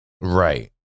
Right